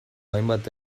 hainbat